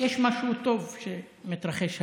יש משהו טוב שמתרחש היום,